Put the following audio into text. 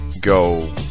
go